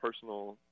personal